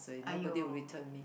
!aiyo!